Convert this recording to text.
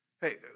Hey